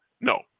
No